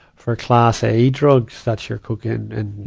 for class a drugs, that's your cocaine and,